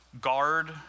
guard